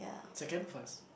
second first